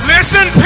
listen